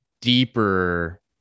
deeper